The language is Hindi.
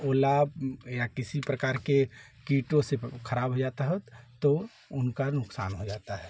ओला या किसी प्रकार के कीटों से ख़राब हो जाता है तो उनका नुकसान हो जाता है